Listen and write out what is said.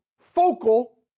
focal